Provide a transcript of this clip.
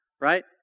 right